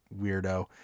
weirdo